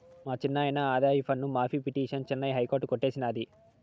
మా చిన్నాయిన ఆదాయపన్ను మాఫీ పిటిసన్ చెన్నై హైకోర్టు కొట్టేసినాది